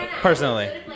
personally